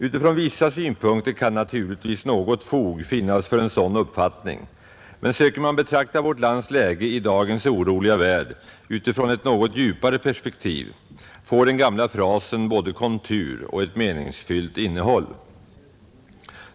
Utifrån vissa synpunkter kan naturligtvis något fog finnas för en sådan uppfattning, men söker man betrakta vårt lands läge i dagens oroliga värld utifrån ett något djupare perspektiv får den gamla frasen både kontur och ett meningsfyllt innehåll.